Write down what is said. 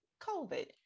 COVID